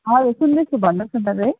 हजुर सुन्दैछु भन्नुहोस् न तपाईँ